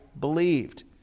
believed